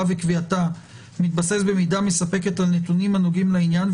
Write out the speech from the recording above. וקביעתה מתבסס במידה מספקת על נתונים הנוגעים לעניין,